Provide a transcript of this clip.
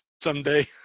Someday